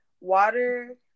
Water